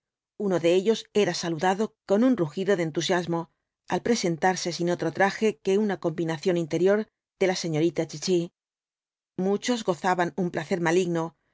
uno de ellos era saludado con un rugido de entusiasmo al presentarse sin otro traje que una combinación interior de la señorita chichi muchos gozaban un placer maligno